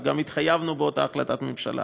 וגם התחייבנו באותה החלטת ממשלה,